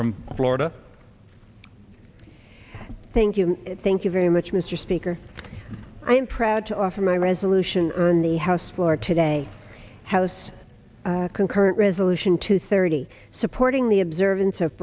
from florida thank you thank you very much mr speaker i am proud to offer my resolution on the house floor today house concurrent resolution two thirty supporting the observance of